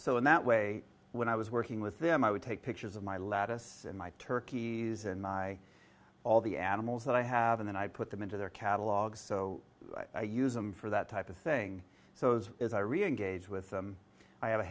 so in that way when i was working with them i would take pictures of my lattice and my turkeys and my all the animals that i have and i put them into their catalog so i use them for that type of thing so those as i reengage with them i have a